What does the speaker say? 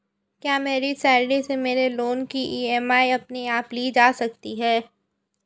क्या मेरी सैलरी से मेरे लोंन की ई.एम.आई अपने आप ली जा सकती है?